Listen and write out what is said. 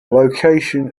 location